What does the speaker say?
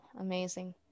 amazing